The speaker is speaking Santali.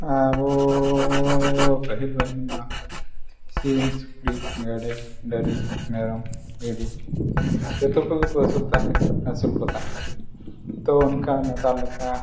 ᱟᱵᱚ ᱯᱟᱹᱦᱤᱞ ᱯᱟᱹᱦᱤᱞ ᱢᱟ ᱥᱤᱢ ᱥᱩᱠᱨᱤ ᱜᱮᱰᱮᱹ ᱰᱟᱝᱨᱤ ᱢᱮᱨᱚᱢ ᱵᱷᱤᱰᱤ ᱡᱚᱛᱚ ᱠᱚᱜᱮ ᱵᱚᱱ ᱟᱹᱥᱩᱞ ᱛᱟᱦᱮᱸᱫ ᱟᱹᱥᱩᱞ ᱠᱚ ᱛᱟᱦᱮᱸᱫ ᱛᱳ ᱱᱚᱝᱠᱟ ᱱᱮᱛᱟᱨ ᱞᱮᱠᱟ